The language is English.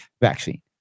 vaccine